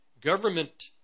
government